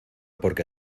porque